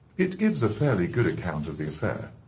it gives a fairly good account of the affair.